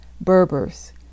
Berbers